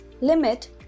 limit